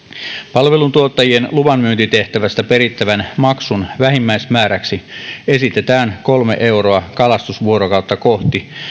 palveluntuottajien luvanmyyntitehtävästä perittävän maksun vähimmäismääräksi esitetään kolme euroa kalastusvuorokautta kohti